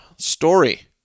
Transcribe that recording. Story